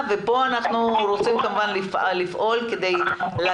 לפני ארבעה חודשים קיבלנו הנחייה מהחשב הכללי שמורה לנו,